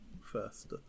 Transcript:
first